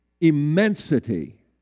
immensity